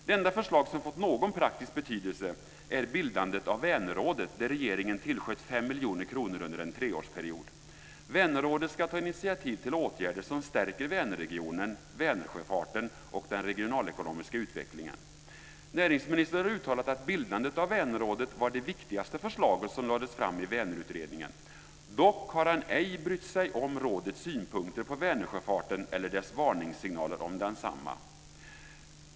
Det enda förslag som fått någon praktisk betydelse är bildandet av Vänerrådet, där regeringen tillsköt 5 miljoner kronor under en treårsperiod. Vänerrådet ska ta initiativ till åtgärder som stärker Vänerregionen, Vänersjöfarten och den regionalekonomiska utvecklingen. Näringsministern har uttalat att bildandet av Vänerrådet var det viktigaste förslaget som lades fram i Vänerutredningen. Dock har han ej brytt sig om rådets synpunkter på Vänersjöfarten eller dess varningssignaler om densamma.